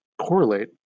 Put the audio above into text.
correlate